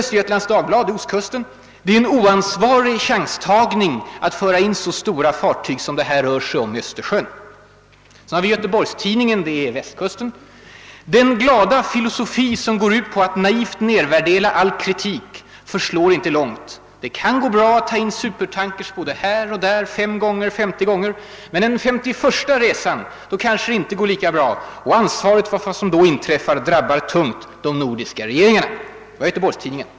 Östergötlands Dagblad — det är öÖstkusten: »Det är en oansvarig chanstagning att föra in så stora fartyg som det här rör sig om i Östersjön.» Göteborgs-Tidningen — det är Västkusten: »Den glada filosofi som går ut på att naivt nedvärdera all kritik förslår inte långt. Det kan gå bra att ta in supertankers både här och där 5 gånger eller 50 gånger, men den femtioförsta resan kanske det inte går lika bra, och ansvaret för vad som då inträffar drabbar tungt de nordiska regeringarna.» .